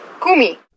Kumi